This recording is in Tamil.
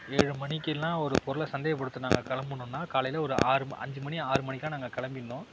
ஏழு மணிக்கெலாம் ஒரு பொருளை சந்தைப்படுத்த நாங்கள் கிளம்பணுன்னா காலையில் ஒரு ஆறு ம அஞ்சு மணி ஆறு மணிக்குலாம் நாங்கள் கிளம்பிட்ணும்